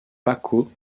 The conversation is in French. paco